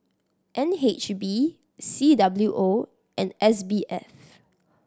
N H B C W O and S B F